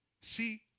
See